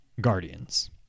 Guardians